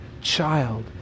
child